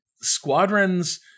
squadrons